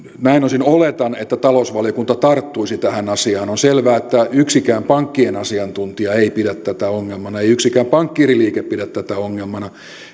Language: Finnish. näin osin oletan että talousvaliokunta tarttuisi tähän asiaan on selvää ettei yksikään pankkien asiantuntija pidä tätä ongelmana ei yksikään pankkiiriliike pidä tätä ongelmana